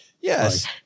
Yes